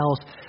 else